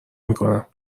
میکنم